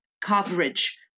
coverage